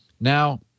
Now